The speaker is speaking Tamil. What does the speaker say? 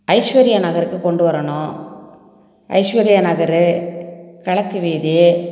ஐஸ்வர்யா நகருக்கு கொண்டு வரணும் ஐஸ்வர்யா நகர் கிழக்கு வீதி